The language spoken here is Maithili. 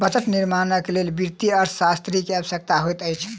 बजट निर्माणक लेल वित्तीय अर्थशास्त्री के आवश्यकता होइत अछि